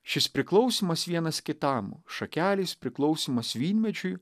šis priklausymas vienas kitam šakelės priklausymas vynmedžiui